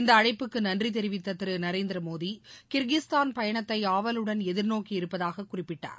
இந்தஅழைப்புக்குநன்றிதெரிவித்ததிருநரேந்திரமோடி Kyrgyzstan பயணத்தைஆவலுடன் எதிர்நோக்கி இருப்பதாககுறிப்பிட்டார்